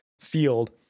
field